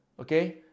okay